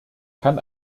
kann